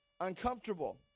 uncomfortable